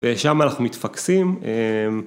ושם אנחנו מתפקסים.